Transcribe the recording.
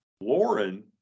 Lauren